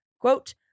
quote